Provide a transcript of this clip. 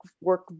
work